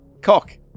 Cock